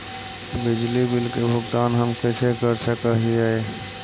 बिजली बिल के भुगतान हम कैसे कर सक हिय?